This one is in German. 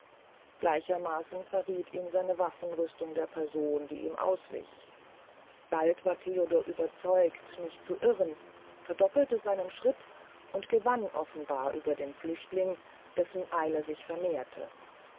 gleichermaaßen verrieth ihn seine waffenrüstung der person die ihm auswich bald war theodor überzeugt nicht zu irren verdoppelte seinen schritt und gewann offenbar über den flüchtling dessen eile sich vermehrte